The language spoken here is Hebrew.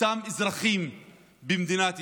אותם אזרחים במדינת ישראל.